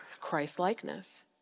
Christ-likeness